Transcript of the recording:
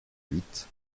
huit